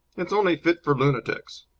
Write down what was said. it's only fit for lunatics.